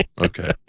Okay